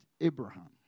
Abraham